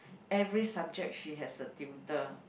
every subject she has a tutor